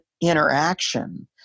interaction